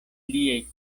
liaj